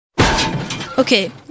Okay